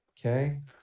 Okay